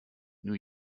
new